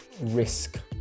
risk